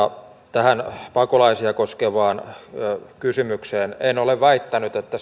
tähän pakolaisia koskevaan kysymykseen en ole väittänyt että